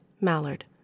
Mallard